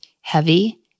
heavy